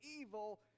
evil